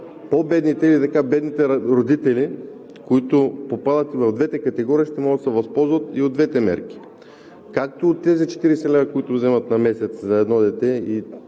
бедните родители, които попадат и в двете категории, ще могат да се възползват и от двете мерки, както от тези 40 лв., които взимат на месец за едно дете и